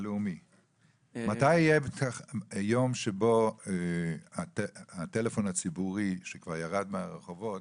מתי יהיה יום שבו הטלפון הציבורי שכבר ירד מהרחובות